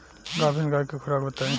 गाभिन गाय के खुराक बताई?